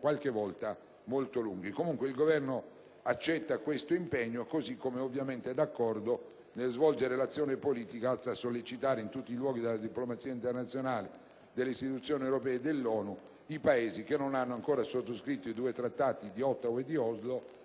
qualche volta sono molto lunghi. Comunque, ripeto che il Governo accetta questo impegno così com'è e ovviamente è d'accordo a svolgere un'azione politica atta a sollecitare in tutti i luoghi della diplomazia internazionale, delle istituzioni europee e dell'ONU, i Paesi che non hanno ancora sottoscritto i Trattati di Ottawa e di Oslo,